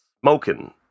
smoking